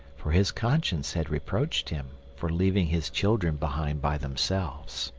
for his conscience had reproached him for leaving his children behind by themselves.